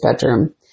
bedroom